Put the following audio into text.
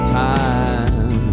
time